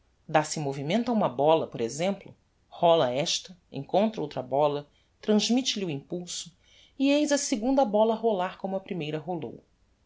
dá-se movimento a uma bola por exemplo róla esta encontra outra bola transmitte lhe o impulso e eis a segunda bola a rolar como a primeira rolou